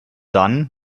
dann